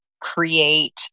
create